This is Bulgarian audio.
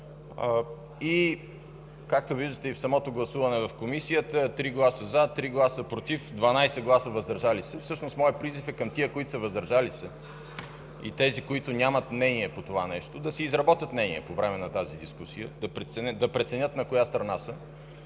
Както виждате, самото гласуване в Комисията е 3 гласа „за”, 3 гласа „против” и 12 гласа „въздържали се”. Всъщност моят призив е към тези, които са „въздържали се” и които нямат мнение по това – да си изработят мнение по време на тази дискусия, да преценят на коя страна са,